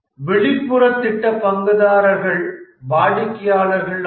வெளிப்புற திட்ட பங்குதாரர்கள் வாடிக்கையாளர்கள் ஆவர்